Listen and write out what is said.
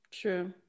True